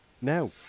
now